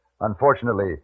Unfortunately